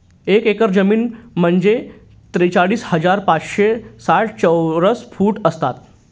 एक एकर जमीन म्हणजे त्रेचाळीस हजार पाचशे साठ चौरस फूट असतात